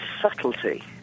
subtlety